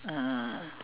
uh